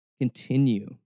Continue